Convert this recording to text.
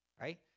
Right